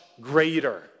greater